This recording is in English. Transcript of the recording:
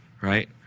right